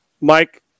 Mike